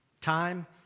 time